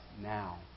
now